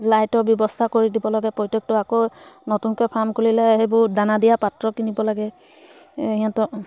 লাইটৰ ব্যৱস্থা কৰি দিব লাগে প্ৰত্যেকটো আকৌ নতুনকৈ ফাৰ্ম খুলিলে সেইবোৰ দানা দিয়া পাত্ৰ কিনিব লাগে সিহঁতৰ